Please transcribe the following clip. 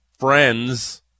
friends